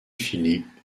philippe